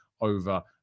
over